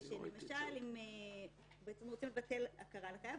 למשל אם רוצים לבטל הכרה על החייב,